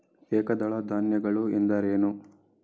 ಏಕದಳ ಧಾನ್ಯಗಳು ಎಂದರೇನು?